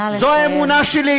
נא לסיים.